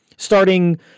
starting